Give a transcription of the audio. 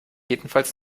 jedenfalls